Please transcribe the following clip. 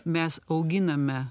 mes auginame